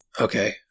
okay